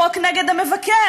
חוק נגד המבקר,